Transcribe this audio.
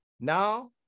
Now